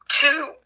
two